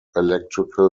electrical